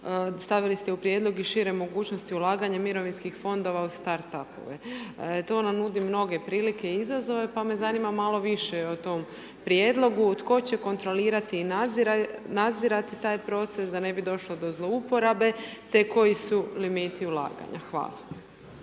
stavili ste u prijedlog i šire mogućnosti ulaganja i mirovinskih fondova u start up-ove. To je ono nudim mnoge prilike i izazove pa me zanima malo više o tom prijedlogu, tko će kontrolirati i nadzirati taj proces da ne bi došlo do zlouporabe te koji su limiti ulaganja. Hvala.